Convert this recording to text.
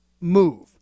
move